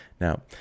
Now